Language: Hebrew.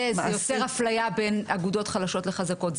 זה יוצר אפליה בין אגודות חלשות לחזקות.